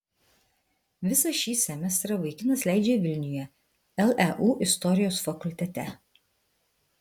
visą šį semestrą vaikinas leidžia vilniuje leu istorijos fakultete